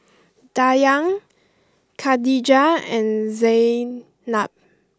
Dayang Khadija and Zaynab